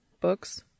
Books